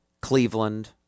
Cleveland